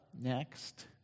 Next